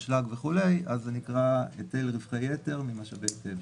אשלג וכו' אז זה נקרא היטל רווחי יתר ממשאבי טבע.